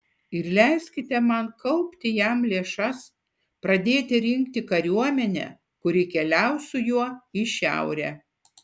ir leiskite man kaupti jam lėšas pradėti rinkti kariuomenę kuri keliaus su juo į šiaurę